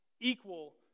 equal